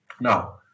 Now